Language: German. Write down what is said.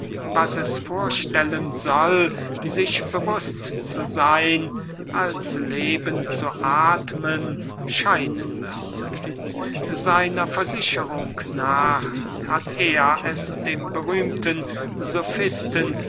was es vorstellen soll sich bewußt zu seyn als leben zu athmen scheinen müsse seiner versicherung nach hat er es dem berühmten